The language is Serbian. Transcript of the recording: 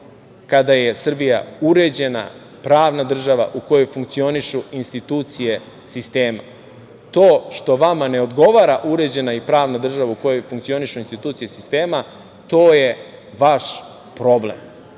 kada je Srbija uređena, pravna država u kojoj funkcionišu institucije sistema. To što vama ne odgovara uređena i pravna država u kojoj funkcionišu institucije sistema, to je vaš problem.